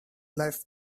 life